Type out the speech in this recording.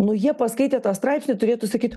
nu jie paskaitę tą straipsnį turėtų sakyt